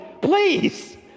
Please